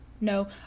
no